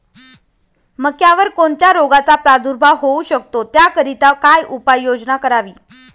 मक्यावर कोणत्या रोगाचा प्रादुर्भाव होऊ शकतो? त्याकरिता काय उपाययोजना करावी?